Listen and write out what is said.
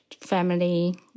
family